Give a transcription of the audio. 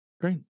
Great